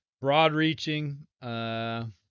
Broad-reaching